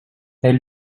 elle